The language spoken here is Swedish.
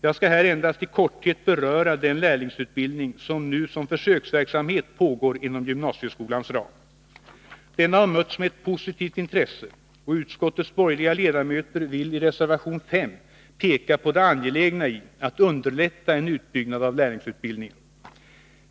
Jag skall här endast i korthet beröra den lärlingsutbildning som nu som försöksverksamhet pågår inom gymnasieskolans ram. Denna har mötts med ett positivt intresse, och utskottets borgerliga ledamöter vill i reservation 5 peka på det angelägna i att underlätta en utbyggnad av lärlingsutbildningen.